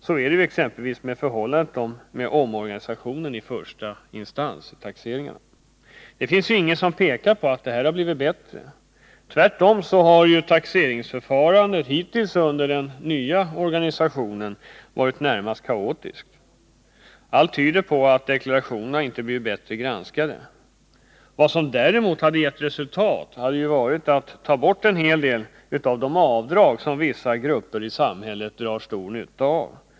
Så är exempelvis fallet med omorganisationen i första instans, taxeringsnämnderna. Det finns inget som pekar på att förhållandena där blivit bättre. Tvärtom så har taxeringsförfarandet hittills under den ”nya” organisationen varit närmast kaotiskt. Allt tyder på att deklarationerna inte blivit bättre granskade. Vad som däremot skulle ha gett resultat hade varit att ta bort en hel del av de avdrag som vissa grupper i samhället drar stor nytta av.